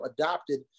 adopted